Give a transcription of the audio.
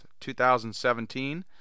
2017